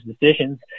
decisions